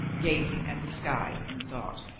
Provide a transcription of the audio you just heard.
gazing at the sky in thought.